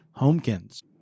homekins